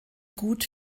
gut